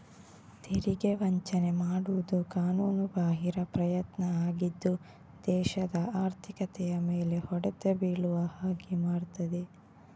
ತೆರಿಗೆ ವಂಚನೆ ಮಾಡುದು ಕಾನೂನುಬಾಹಿರ ಪ್ರಯತ್ನ ಆಗಿದ್ದು ದೇಶದ ಆರ್ಥಿಕತೆಯ ಮೇಲೆ ಹೊಡೆತ ಬೀಳುವ ಹಾಗೆ ಮಾಡ್ತದೆ